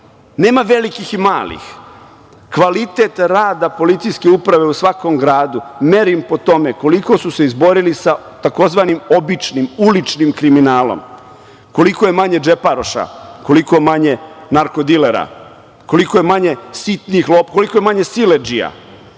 velikih i malih. Kvalitet rada PU u svakom gradu merim po tome koliko su se izborili sa tzv. običnim, uličnim kriminalom, koliko je manje džeparoša, koliko manje narko-dilera, koliko je manje sitnih lopova, koliko je manje siledžija,